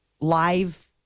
live